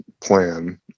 plan